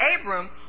Abram